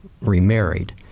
remarried